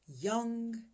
young